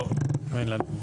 לא, אין לנו.